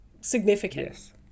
significant